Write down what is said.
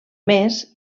més